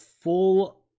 full